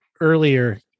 earlier